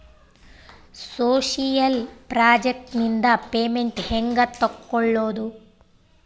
Social project ನಿಂದ payment ಹೆಂಗೆ ತಕ್ಕೊಳ್ಳದು?